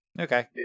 Okay